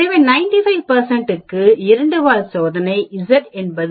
எனவே 95 க்கு இரண்டு வால் சோதனை z என்பது 1